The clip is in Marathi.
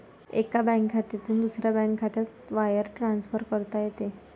एका बँक खात्यातून दुसऱ्या बँक खात्यात वायर ट्रान्सफर करता येते